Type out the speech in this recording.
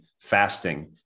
fasting